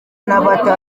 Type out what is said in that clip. n’abata